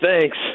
thanks